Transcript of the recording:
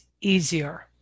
easier